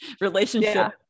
relationship